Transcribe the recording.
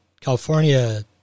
California